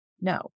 No